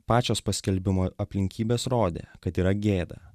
pačios paskelbimo aplinkybės rodė kad yra gėda